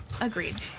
Agreed